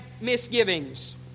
misgivings